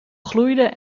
gloeide